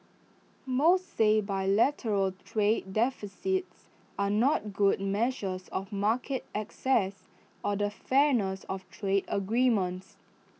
most say bilateral trade deficits are not good measures of market access or the fairness of trade agreements